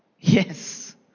yes